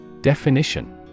Definition